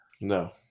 No